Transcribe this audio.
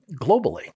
globally